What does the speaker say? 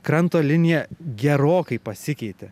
kranto linija gerokai pasikeitė